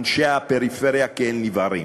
אנשי הפריפריה, כאל נבערים.